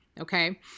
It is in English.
okay